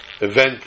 event